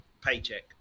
paycheck